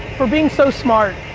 for being so smart,